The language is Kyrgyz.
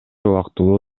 убактылуу